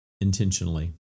intentionally